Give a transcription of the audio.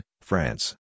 France